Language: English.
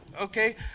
okay